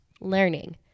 learning